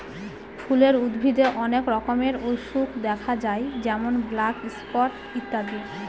ফুলের উদ্ভিদে অনেক রকমের অসুখ দেখা যায় যেমন ব্ল্যাক স্পট ইত্যাদি